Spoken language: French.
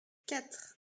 quatre